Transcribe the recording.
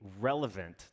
relevant